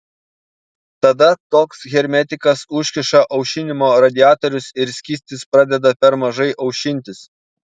tada toks hermetikas užkiša aušinimo radiatorius ir skystis pradeda per mažai aušintis